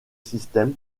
systems